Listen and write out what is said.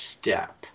step